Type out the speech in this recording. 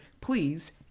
please